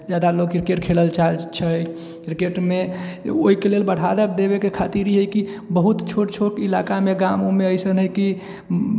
जादा लोक क्रिकेट खेलए चाहैत छै क्रिकेटमे ओहिके लेल बढ़ावा देबएके खातिर ई हइ कि बहुत छोट छोट इलाकामे गाम उममे ऐसन हइ कि